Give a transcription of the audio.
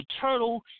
turtle